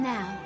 Now